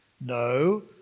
no